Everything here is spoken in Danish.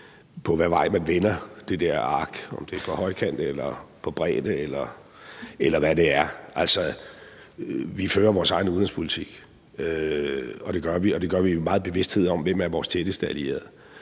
på, hvad vej man vender det der ark, altså om det er på højkant eller på langs, eller hvad det er. Vi fører vores egen udenrigspolitik, og det gør vi med stor bevidsthed om, hvem vores tætteste allierede